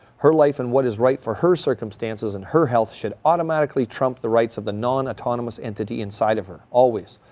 her life and what is right for her circumstances and her health should automatically trump the rights to the non-autonomous entity inside of her. always.